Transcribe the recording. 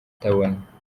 itabona